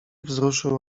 wzruszył